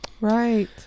Right